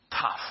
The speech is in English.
Tough